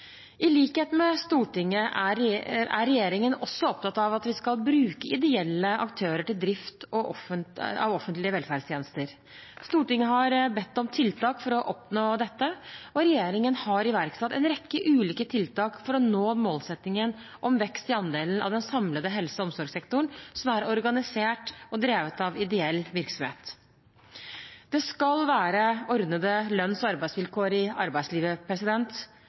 I likhet med Stortinget er regjeringen også opptatt av at vi skal bruke ideelle aktører til drift av offentlige velferdstjenester. Stortinget har bedt om tiltak for å oppnå dette, og regjeringen har iverksatt en rekke ulike tiltak for å nå målsettingen om vekst i andelen av den samlede helse- og omsorgssektoren som er organisert og drevet av ideell virksomhet. Det skal være ordnede lønns- og arbeidsvilkår i arbeidslivet.